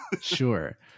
sure